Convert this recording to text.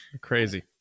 Crazy